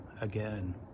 again